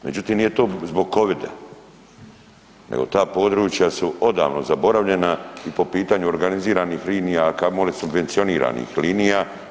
Međutim, nije to zbog Covid-a, nego ta područja su odavno zaboravljena i po pitanju organiziranih linija, a kamoli subvencioniranih linija.